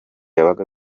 yabaga